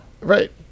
Right